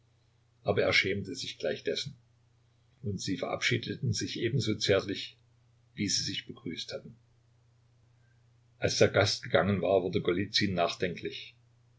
aber er schämte sich gleich dessen und sie verabschiedeten sich ebenso zärtlich wie sie sich begrüßt hatten als der gast gegangen war wurde golizyn nachdenklich